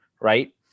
Right